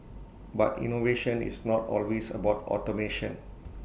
but innovation is not always about automation